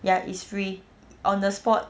ya it's free on the spot